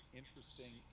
interesting